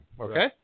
okay